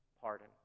pardon